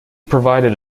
provided